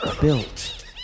built